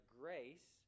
grace